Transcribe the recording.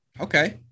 Okay